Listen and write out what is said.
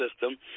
system